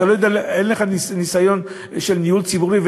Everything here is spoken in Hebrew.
אין לך ניסיון של ניהול ציבורי,